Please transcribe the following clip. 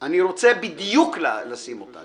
אני רוצה בדיוק לשים אותה.